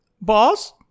boss